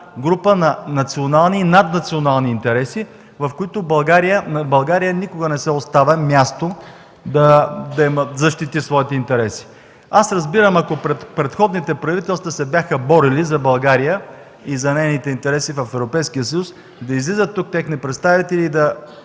група на национални и наднационални интереси, в които на България никога не се оставя място да защити своите интереси. Аз разбирам, ако предходните правителства се бяха борили за България и за нейните интереси в Европейския съюз, да излизат тук техни представители и да